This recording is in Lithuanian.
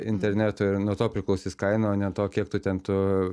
interneto ir nuo to priklausys kaina o ne to kiek tu ten tu